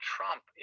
Trump